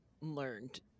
learned